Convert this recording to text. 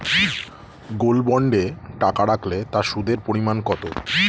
Gold বন্ডে টাকা রাখলে তা সুদের পরিমাণ কত?